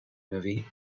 movie